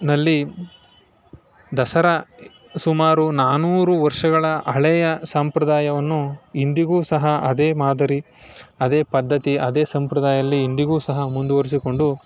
ನಲ್ಲಿ ದಸರಾ ಸುಮಾರು ನಾನ್ನೂರು ವರ್ಷಗಳ ಹಳೆಯ ಸಂಪ್ರದಾಯವನ್ನು ಇಂದಿಗೂ ಸಹ ಅದೇ ಮಾದರಿ ಅದೇ ಪದ್ಧತಿ ಅದೇ ಸಂಪ್ರದಾಯದಲ್ಲಿ ಇಂದಿಗೂ ಸಹ ಮುಂದುವರಿಸಿಕೊಂಡು